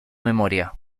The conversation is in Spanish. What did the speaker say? memoria